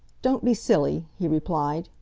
don't be silly, he replied.